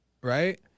Right